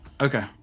Okay